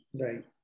Right